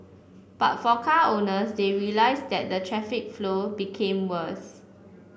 but for car owners they realised that the traffic flow became worse